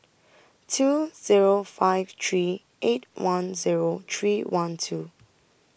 two Zero five three eight one Zero three one two